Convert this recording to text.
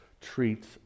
treats